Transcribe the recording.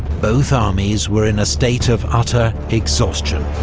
both armies were in a state of utter exhaustion.